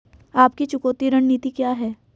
आपकी चुकौती रणनीति क्या है?